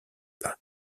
pas